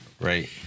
Right